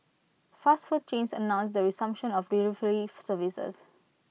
fast food chains announced the resumption of delivery services